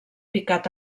picat